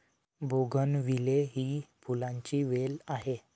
bougainvillea ही फुलांची वेल आहे